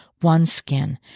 OneSkin